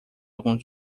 alguns